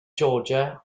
georgia